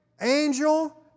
angel